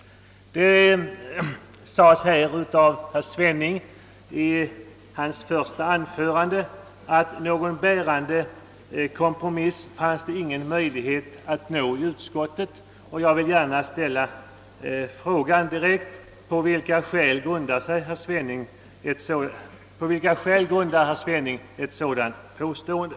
Herr Svenning yttrade i sitt första anförande, att det inte fanns någon möjlighet att nå en bärande kompromiss i utskottet. Jag vill gärna direkt fråga herr Svenning: På vilka omstän digheter grundar herr Svenning ett sådant påstående?